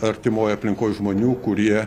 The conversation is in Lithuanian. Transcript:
artimoj aplinkoj žmonių kurie